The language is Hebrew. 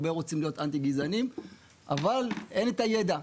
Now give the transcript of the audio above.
הרבה רוצים להיות אנטי-גזעניים אבל אין את הידע,